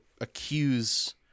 accuse